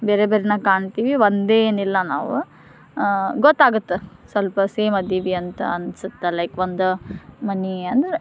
ಬೇರೆ ಬೇರೆನಾಗ ಕಾಣ್ತೀವಿ ಒಂದೇ ಏನಿಲ್ಲ ನಾವು ಗೊತ್ತಾಗುತ್ತೆ ಸ್ವಲ್ಪ ಸೇಮ್ ಅದೀವಿ ಅಂತ ಅನ್ಸುತ್ತೆ ಲೈಕ್ ಒಂದು ಮನೆ ಅಂದ್ರೆ